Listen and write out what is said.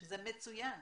זה מצוין.